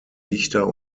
dichter